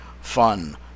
fun